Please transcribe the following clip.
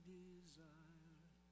desire